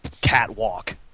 catwalk